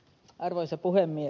arvoisa puhemies